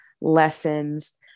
lessons